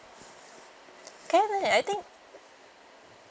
can leh I think